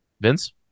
Vince